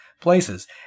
places